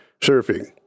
surfing